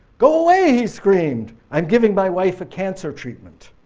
go away! he screamed, i'm giving my wife a cancer treatment.